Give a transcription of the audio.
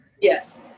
Yes